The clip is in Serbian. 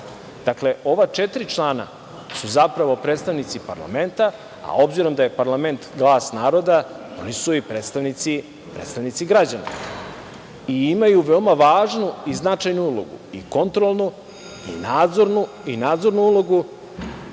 Dakle, ova četiri člana su zapravo predstavnici parlamenta, a obzirom da je parlament glas naroda, oni su i predstavnici građana i imaju veoma važnu i značajnu ulogu - kontrolnu, nadzornu ulogu,